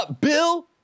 Bill